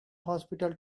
hospital